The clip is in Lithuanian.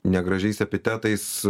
negražiais epitetais